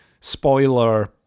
spoiler